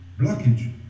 blockage